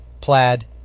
Plaid